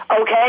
Okay